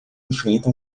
enfrenta